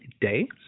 Day